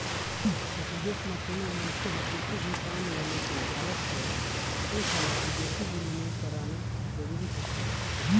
बिदेस म कोनो मनखे ह कुछु भी काम ल लेके जावत हवय ओ समे बिदेसी बिनिमय कराना जरूरी होथे